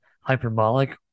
hyperbolic